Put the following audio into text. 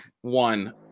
one